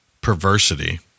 perversity